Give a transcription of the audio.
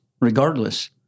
regardless